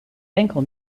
enkel